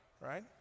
Right